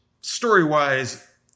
story-wise